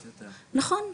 נכון,